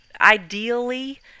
ideally